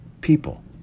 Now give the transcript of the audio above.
people